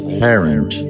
parent